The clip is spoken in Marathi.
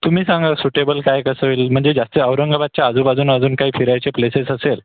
तुम्ही सांगा सुटेबल काय कसं होईल म्हणजे जास्त औरंगाबादच्या आजूबाजूने अजून काही फिरायचे प्लेसेस असेल